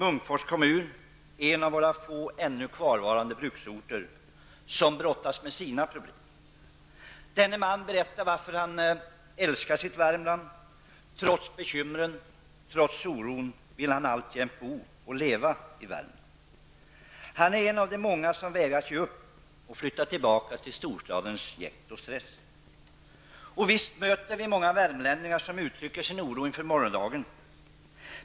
Munkfors kommun är en av våra få ännu kvarvarande bruksorter, som brottas med sina problem. Denne man berättar varför han älskar sitt Värmland. Trots bekymren och oron vill han alltjämt bo och leva i Värmland. Han är en av de många som vägrar att ge upp och flytta tillbaka till storstadens jäkt och stress. Visst möter vi många värmlänningar som uttrycker sin oro inför morgondagen.